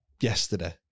yesterday